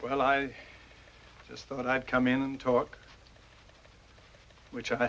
well i just thought i'd come in and talk which i